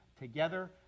together